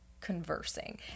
conversing